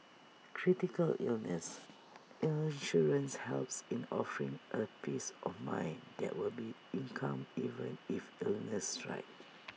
critical illness insurance helps in offering A peace of mind that will be income even if illnesses strike